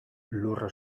lurra